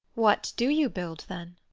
what do you build then?